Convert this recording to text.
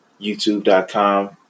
youtube.com